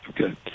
Okay